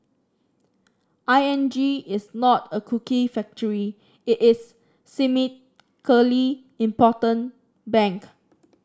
I N G is not a cookie factory it is important bank